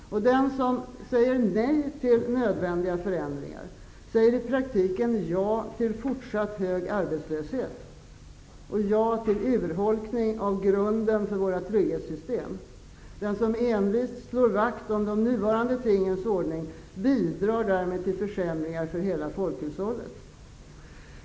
Den som säger nej till nödvändiga förändringar säger i praktiken ja till fortsatt hög arbetslöshet och ja till urholkning av grunden för våra trygghetssystem. Den som envist slår vakt om den nuvarande tingens ordning bidrar därmed till försämringar för hela folkhushållet.